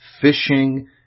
fishing